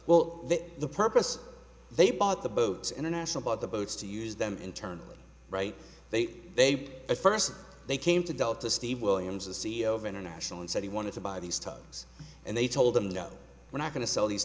well the purpose they bought the boats international bought the boats to use them internally right they they at first they came to delta steve williams the c e o of international and said he wanted to buy these tonnes and they told him no we're not going to sell these